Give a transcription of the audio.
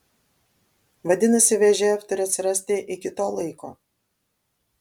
vadinasi vžf turi atsirasti iki to laiko